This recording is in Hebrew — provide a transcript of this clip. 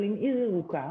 אבל אם בעיר ירוקה,